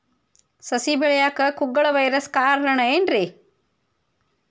ಸಸಿ ಬೆಳೆಯಾಕ ಕುಗ್ಗಳ ವೈರಸ್ ಕಾರಣ ಏನ್ರಿ?